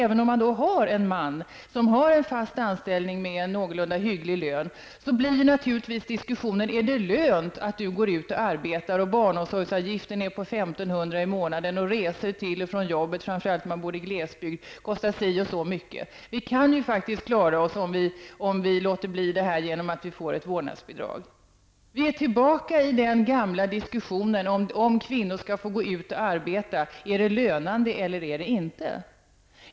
Även om man har en man med fast anställning och någorlunda hygglig lön, blir naturligtvis diskussionen: Är det lönt att du går ut och arbetar? Barnomsorgsavgiften är på 1 500 kr. i månaden, och så har vi resorna från och till jobbet, framför allt om man bor i glesbygd. Vi kan faktiskt klara oss om vi låter bli detta och får ett vårdnadsbidrag. Då är vi tillbaka i den gamla diskussionen om kvinnor skall få gå ut och arbeta, om det är lönande eller inte.